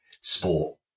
sport